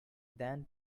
than